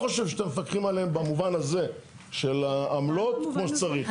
אני לא חושב שאתם מפקחים עליהם במובן הזה של העמלות כמו שצריך.